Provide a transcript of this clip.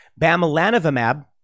bamlanivimab